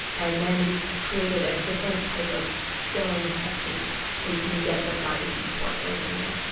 and then we created a different type of filling technique so you can get the barbecued pork right in there.